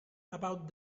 about